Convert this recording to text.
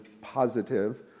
positive